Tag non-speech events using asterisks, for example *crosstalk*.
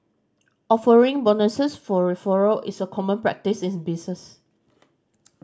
offering bonuses for referral is a common practise in *unintelligible* business